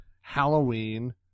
Halloween